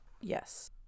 yes